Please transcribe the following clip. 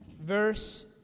verse